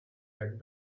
had